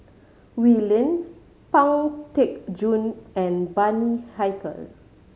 Wee Lin Pang Teck Joon and Bani Haykal